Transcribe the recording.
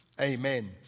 amen